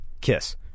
kiss